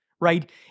right